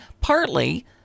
partly